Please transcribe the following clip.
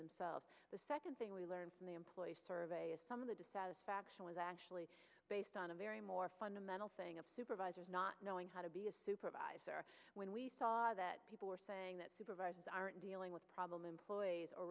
and the second thing we learn from the employees survey is some of the dissatisfaction was actually based on a very more fundamental thing of supervisors not knowing how to be a supervisor when we saw that people were saying that supervisors aren't dealing with problem employees